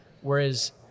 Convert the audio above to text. Whereas